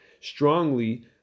strongly